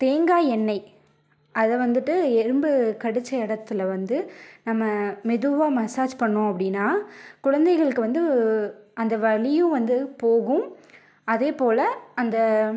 தேங்காய் எண்ணெய் அதை வந்துட்டு எறும்பு கடித்த இடத்துல வந்து நம்ம மெதுவாக மசாஜ் பண்ணோம் அப்படின்னா குழந்தைகளுக்கு வந்து அந்த வலியும் வந்து போகும் அதே போல் அந்த